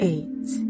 Eight